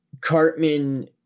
Cartman